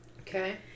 Okay